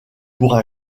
pour